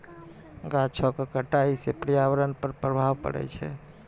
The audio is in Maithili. गाछो क कटाई सँ पर्यावरण पर प्रभाव पड़ै छै